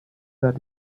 that